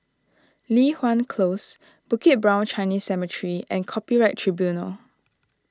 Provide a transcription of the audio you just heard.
Li Hwan Close Bukit Brown Chinese Cemetery and Copyright Tribunal